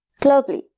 Globally